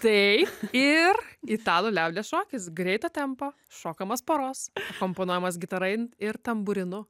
tai ir italų liaudies šokis greito tempo šokamas poros akomponuojamas gitara ir tambūrinu